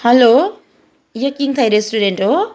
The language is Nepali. हेलो यो किङ थाई रेस्टुरेन्ट हो